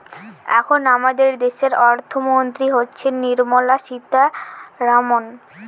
এখন আমাদের দেশের অর্থমন্ত্রী হচ্ছেন নির্মলা সীতারামন